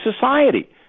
society